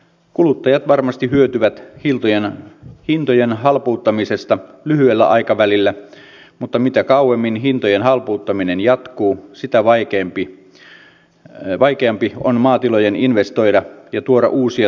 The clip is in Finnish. kuluttajat varmasti hyötyvät hintojen halpuuttamisesta lyhyellä aikavälillä mutta mitä kauemmin hintojen halpuuttaminen jatkuu sitä vaikeampi on maatilojen investoida ja tuoda uusia tuotteita markkinoille